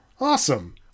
awesome